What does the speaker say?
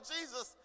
Jesus